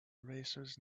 racers